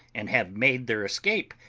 and have made their escape,